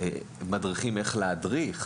שמלמדים מדריכים איך להדריך.